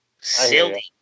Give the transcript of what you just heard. Silly